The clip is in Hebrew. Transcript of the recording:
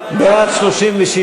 36 בעד,